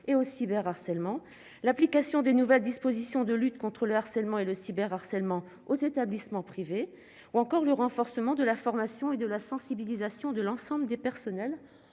et au cyber harcèlement l'application des nouvelles dispositions de lutte contre le harcèlement et le cyber harcèlement aux établissements privés ou encore le renforcement de la formation et de la sensibilisation de l'ensemble des personnels